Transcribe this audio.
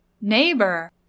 Neighbor